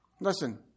Listen